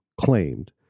claimed